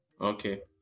okay